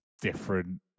different